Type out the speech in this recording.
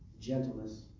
gentleness